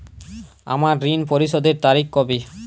আমার ঋণ পরিশোধের তারিখ কবে?